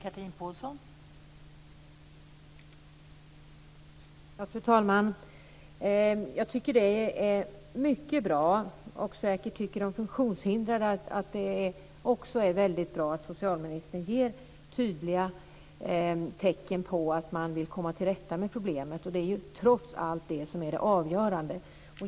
Fru talman! Jag tycker att det är mycket bra, och säkert tycker de funktionshindrade det också, att socialministern ger tydliga tecken på att man vill komma till rätta med problemet. Det är ju trots allt det som är det avgörande.